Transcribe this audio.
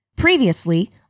Previously